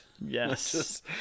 Yes